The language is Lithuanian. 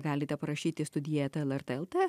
galite parašyti studija eta lrt lt